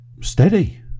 steady